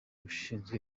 ushinzwe